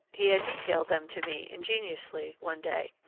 he had detailed them to me ingenuously one day,